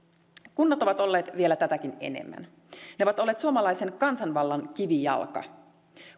kunnat ovat olleet vielä tätäkin enemmän ne ovat olleet suomalaisen kansanvallan kivijalka